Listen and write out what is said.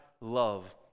love